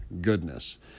goodness